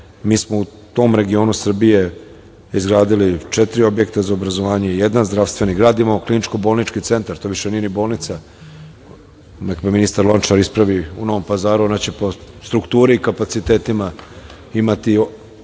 mi smo u tom regionu Srbije, izgradili četiri objekta za obrazovanje, jedan zdravstveni gradimo, kliničko bolnički centar, a to nije više ni bolnica, nek me ministar Lončar ispravi, u Novom Pazaru, ona će po strukturi i po kapacitetima imati